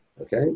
Okay